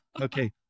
Okay